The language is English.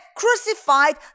crucified